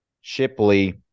Shipley